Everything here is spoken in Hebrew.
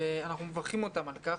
ואנחנו מברכים אותם על כך.